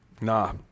nah